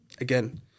Again